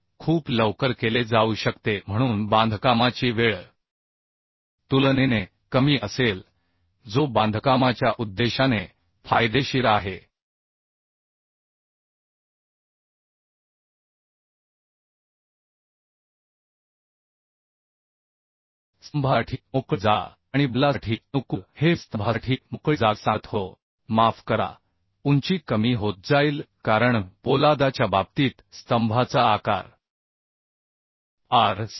जलद बांधकाम म्हणजे बांधकाम खूप लवकर केले जाऊ शकते म्हणून बांधकामाची वेळ तुलनेने कमी असेल जो बांधकामाच्या उद्देशाने फायदेशीर आहे स्तंभासाठी मोकळी जागा आणि बदलासाठी अनुकूल हे मी स्तंभासाठी मोकळी जागा सांगत होतो माफ करा उंची कमी होत जाईल कारण पोलादाच्या बाबतीत स्तंभाचा आकार आर